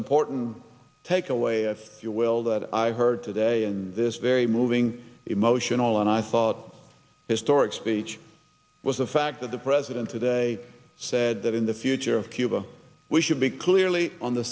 important takeaway if you will that i heard today in this very moving emotional and i thought historic speech was the fact that the president today said that in the future of cuba we should be clearly on the